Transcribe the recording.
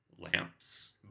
Lamps